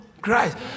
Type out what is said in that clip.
Christ